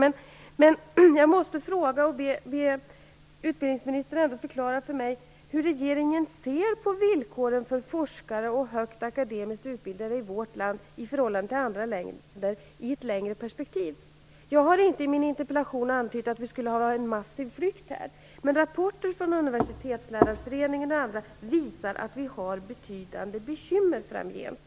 Men jag måste ändå be utbildningsministern att förklara för mig hur regeringen ser på villkoren för forskare och högt akademiskt utbildade i vårt land i förhållande till andra länder i ett längre perspektiv. Jag har inte i min interpellation antytt att det skulle förekomma någon massiv flykt här, men rapporter från Universitetslärarföreningen och andra visar att vi kommer att få betydande bekymmer framgent.